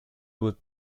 would